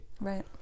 right